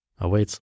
awaits